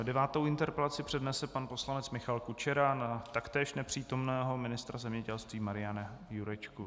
Devátou interpelaci přednese pan poslanec Michal Kučera na taktéž nepřítomného ministra zemědělství Mariana Jurečku.